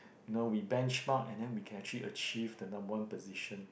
you know we benchmark and then we can actually achieve the number one position